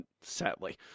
Sadly